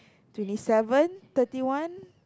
twenty seven thirty one